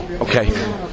Okay